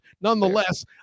Nonetheless